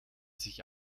sich